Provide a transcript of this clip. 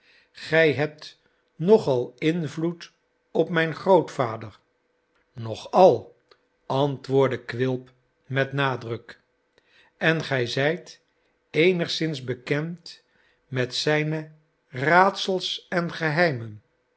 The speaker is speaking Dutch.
gij hebt nog al invloed op mijn grootvader nog al antwoordde quilp met nadruk en gij zijt eenigszins bekend met zijne raadsels en geheimen